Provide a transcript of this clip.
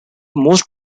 most